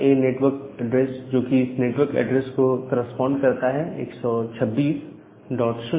class A network address जोकि इस network address को करेस्पॉन्ड करता है 126000